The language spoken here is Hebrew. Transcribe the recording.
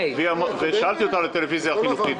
ושאלתי אותה על הטלוויזיה החינוכית.